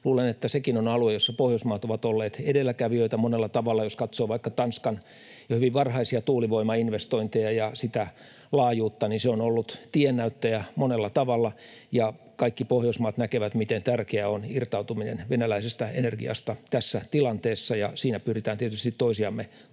Luulen, että sekin on alue, jossa Pohjoismaat ovat olleet edelläkävijöitä monella tavalla. Jos katsoo vaikka Tanskan jo hyvin varhaisia tuulivoimainvestointeja ja sitä laajuutta, niin se on ollut tiennäyttäjä monella tavalla. Kaikki Pohjoismaat näkevät, miten tärkeää on irtautuminen venäläisestä energiasta tässä tilanteessa, ja siinä pyritään tietysti toisiamme tukemaan.